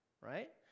right